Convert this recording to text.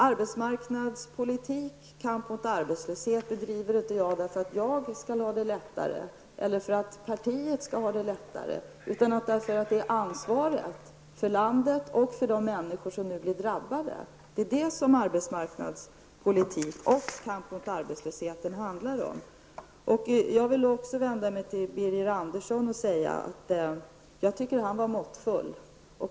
Arbetsmarknadspolitik och kamp mot arbetslöshet bedriver jag inte för att jag skall få det lättare eller för att partiet skall ha det lättare, utan vad arbetsmarknadspolitiken och kampen mot arbetslösheten handlar om är ansvaret för landet och för de människor som annars blir drabbade. Jag vill också vända mig till Birger Andersson och säga att jag tycker att han var måttfull.